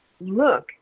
look